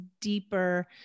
deeper